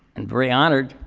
and very honored